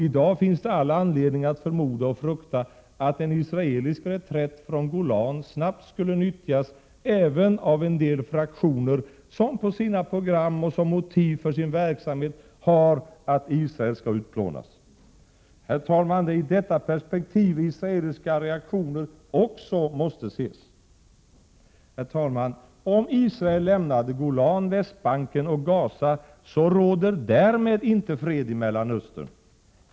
I dag finns det all anledning att förmoda och frukta att en israelisk reträtt från Golan snabbt skulle nyttjas även av en del fraktioner som på sina program och som motiv för sin verksamhet har att Israel skall utplånas. Det är i detta perspektiv, herr talman, israeliska Prot. 1987/88:129 reaktioner också måste ses. 30 maj 1988 Herr talman! Om Israel lämnade Golan, Västbanken och Gaza, råder därmed inte fred i Mellanöstern.